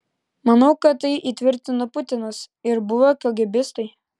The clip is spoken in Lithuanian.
manau kad tai įtvirtino putinas ir buvę kagėbistai